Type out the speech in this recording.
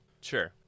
Sure